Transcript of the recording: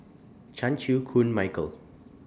Chan Chew Koon Michael